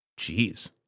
Jeez